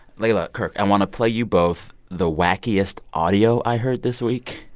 leila, kirk, i want to play you both the wackiest audio i heard this week